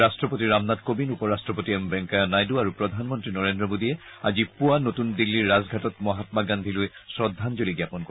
ৰট্টপতি ৰামনাথ কোৱিন্দ উপ ৰাষ্ট্পতি এম ভেংকায়া নাইডু আৰু প্ৰধানমন্ত্ৰী নৰেন্দ্ৰ মোদীয়ে আজি পুৱা নতুন দিল্লীৰ ৰাজঘাটত মহামা গান্ধীলৈ শ্ৰদ্ধাঙ্গলি জ্ঞাপন কৰে